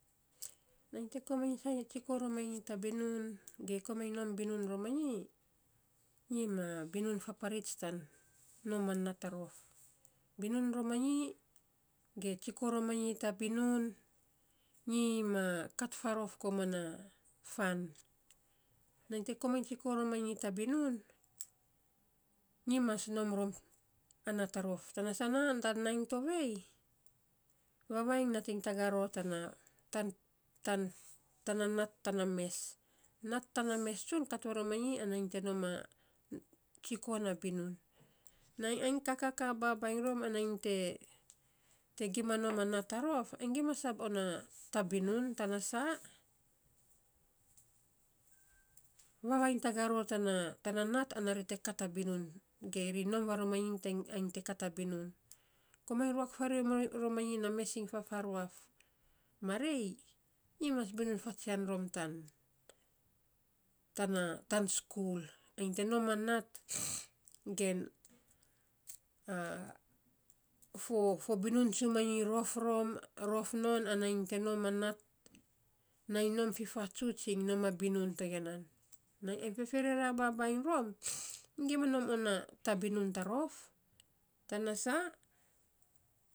Nainy te komainy sainy tsiko romanyi ta binun ge, komainy nom binun romanyi, nyi ma binun faparits tan nom a nat a rof. Binun romanyi, ge tsiko romanyi ta binun, nyi ma kat farof koman na fan. Nainy te komainy tsiko romanyi ta binun, nyi mas nom rom a nat a rof. Tana sana, tan nai tovei vavainy nating tagaa ror tana tan tan tana nat tana mes. Nat tan a mes tsun kat varomanyi ana nyi te nom a, tsiko na binun. Nainy ai kakaa babainy rom ana nyi te gima nom a nat a rof ai gima sab on ta binun tana saa. Vavainy tagaa ror tana nat ana ri te kat a binun, ge ri nom vanyo manyi ai te kat a binun. Komainy ruak faarei ronanyi na mes in fafaruaf marei. Nyimas binun fatsian rom tan, tana tan skul ainy te nom a nat gen fo fo binun tsumanyi rof rom rof non ana nyi te nom a nat, nainy nom fifatsuts iny nom a binun to ya nan. nainy ai feferera bainy ror ai gima nom on ta binun ta rof, tana saa.